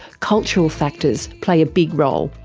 cultural factors play a big role.